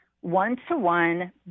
one-to-one